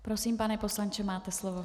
Prosím, pane poslanče, máte slovo.